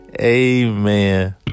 Amen